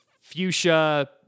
fuchsia